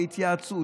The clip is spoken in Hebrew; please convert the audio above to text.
התייעצות,